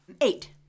Eight